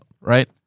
Right